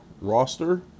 roster